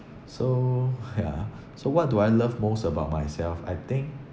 so yeah so what do I love most about myself I think